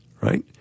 right